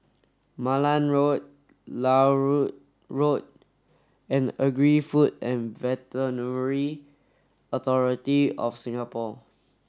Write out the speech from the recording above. Malan Road Larut Road and Agri Food and Veterinary Authority of Singapore